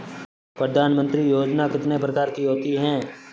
प्रधानमंत्री योजना कितने प्रकार की होती है?